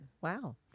Wow